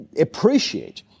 appreciate